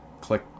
click